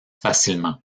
facilement